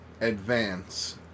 advance